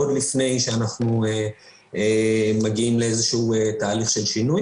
עוד לפני שאנחנו מגיעים לתהליך של שינוי.